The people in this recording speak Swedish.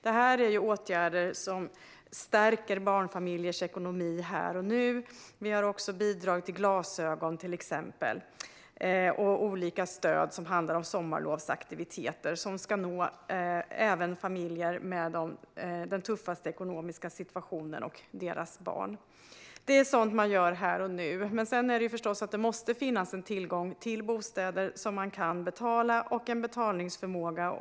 Det här är åtgärder som stärker barnfamiljers ekonomi här och nu. Vi har också till exempel bidrag till glasögon och olika stöd till sommarlovsaktiviteter. Dessa ska nå även familjerna med den tuffaste ekonomiska situationen och deras barn. Det är sådant man gör här och nu. Men sedan är det förstås så att det måste finnas tillgång till bostäder som man kan betala för samt en betalningsförmåga.